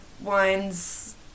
wines